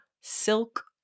silk